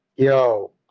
Yo